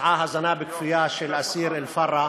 שבוצעה הזנה בכפייה של האסיר אבו פארה